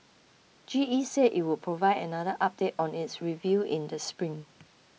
G E said it will provide another update on its review in the spring